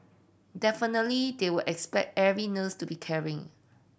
definitely they will expect every nurse to be caring